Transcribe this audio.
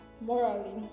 morally